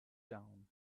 down